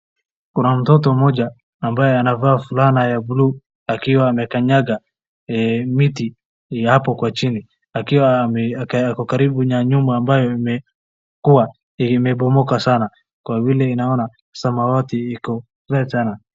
Kuna mtoto mmoja ambaye anavaa fulana ya buluu akiwa anakanyaga miti ya hapo kwa chini akiwa ako karibu na nyumba ambayo imekuwa, imeomoka sana, kwa vile naona samawati iko vibaya sana.